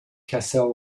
kassel